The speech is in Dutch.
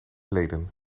leden